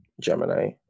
Gemini